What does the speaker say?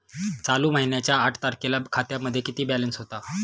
चालू महिन्याच्या आठ तारखेला खात्यामध्ये किती बॅलन्स होता?